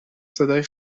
صدای